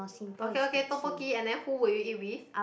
okay okay tteokbokki and then who would you eat with